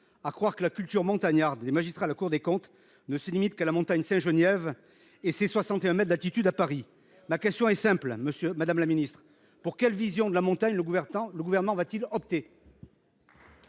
À croire que la culture montagnarde des magistrats de la Cour des comptes se limite à la montagne Sainte Geneviève et ses 61 mètres d’altitude à Paris ! Ma question est simple, madame la ministre : pour quelle vision de la montagne le Gouvernement va t il opter ?